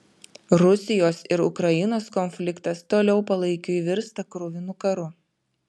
rusijos ir ukrainos konfliktas toliau palaikiui virsta kruvinu karu